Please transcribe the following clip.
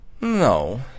No